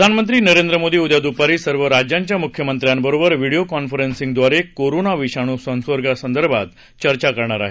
प्रधानमंत्री नरेंद्र मोदी उद्या दुपारी सर्व राज्यांच्या मुख्यमंत्र्यांबरोबर व्हिडिओ कॉन्फरन्सिंगद्वारे कोरोना विषाणू संसर्गासंदर्भात चर्चा करणार आहेत